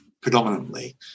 predominantly